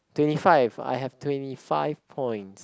twenty five I have twenty five points